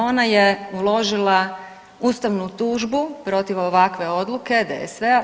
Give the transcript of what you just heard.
Ona je uložila ustavnu tužbu protiv ovakve odluke DSV-a.